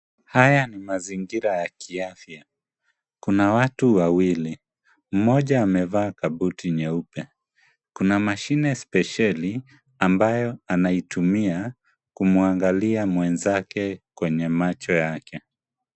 Haya ni mazingira ya kiafya, kuna watu wawili, mmoja amevaa kabuti nyeupe, kuna mashine spesheli ambayo anaitumia kumwangalia mwenzake kwenye macho yake.